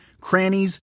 crannies